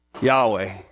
Yahweh